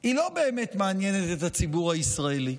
היא לא באמת מעניינת את הציבור הישראלי.